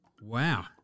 Wow